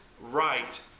right